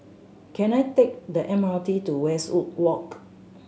can I take the M R T to Westwood Walk